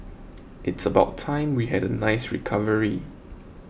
it's about time we had a nice recovery